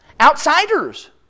outsiders